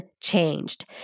changed